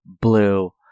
blue